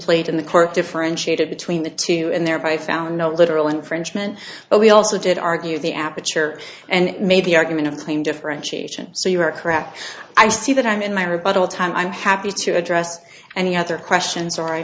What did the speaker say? played in the court differentiated between the two and thereby found no literal infringement but we also did argue the aperture and made the argument of claim differentiation so you are correct i see that i'm in my rebuttal time i'm happy to address any other questions are i